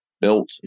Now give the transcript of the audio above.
built